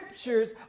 Scriptures